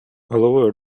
головою